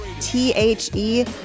T-H-E